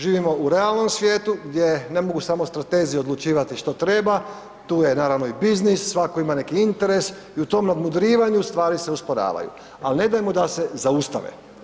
Živimo u realnom svijetu gdje ne mogu samo stratezi odlučivati što treba, tu je naravno i biznis, svatko ima neki interes i u tom nadmudrivanju stvari se usporavaju, ali ne dajmo da se zaustave.